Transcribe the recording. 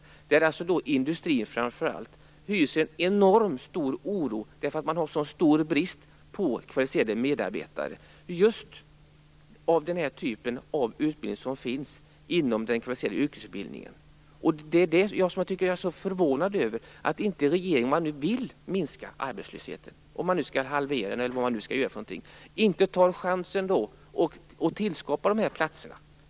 Framför allt inom industrin råder det en enorm oro för att man har en stor brist på kvalificerade medarbetare av just den typ som utbildas inom den kvalificerade yrkesutbildningen. Det gör mig förvånad att regeringen, om man nu vill minska arbetslösheten, halvera den eller vad man nu skall göra, inte tar chansen och skapar de här platserna.